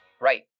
Right